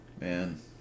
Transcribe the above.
Man